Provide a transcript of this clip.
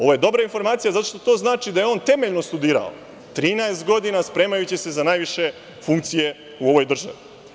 Ovo je dobra informacija zato što to znači da je on temeljno studirao 13 godina spremajući se za najviše funkcije u ovoj državni.